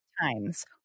times